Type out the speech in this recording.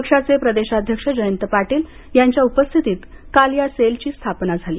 पक्षाचे प्रदेशाध्यक्ष जयंत पाटील यांच्या उपस्थितीत काल या सेलची स्थापना झाली